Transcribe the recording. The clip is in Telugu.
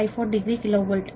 54 డిగ్రీ KV